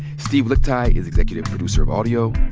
steve lickteig is executive producer of audio.